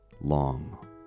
long